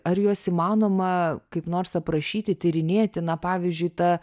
ar juos įmanoma kaip nors aprašyti tyrinėti na pavyzdžiui ta